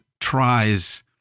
tries